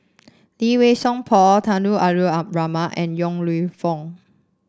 Lee Wei Song Paul Tunku Abdul Rahman and Yong Lew Foong